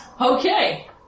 Okay